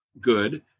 good